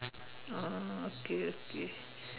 oh okay okay